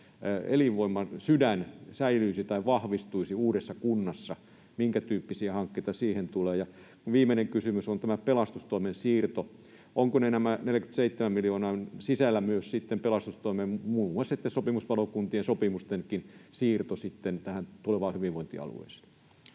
elinvoiman sydän säilyisi tai vahvistuisi uudessa kunnassa? Minkä tyyppisiä hankkeita siihen tulee? Ja viimeinen kysymys on tästä pelastustoimen siirrosta. Onko tämän 47 miljoonan sisällä myös sitten pelastustoimen, muun muassa sopimuspalokuntien, sopimustenkin siirto tähän tulevaan hyvinvointialueeseen?